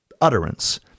utterance